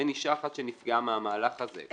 אין אישה אחת שנפגעה מהמהלך הזה.